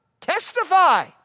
Testify